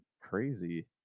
Crazy